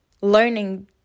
learning